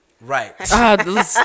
Right